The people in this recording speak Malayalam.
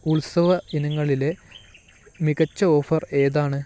ഉത്സവ ഇനങ്ങളിലെ മികച്ച ഓഫർ ഏതാണ്